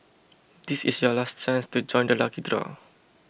this is your last chance to join the lucky draw